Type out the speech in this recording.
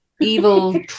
evil